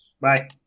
Bye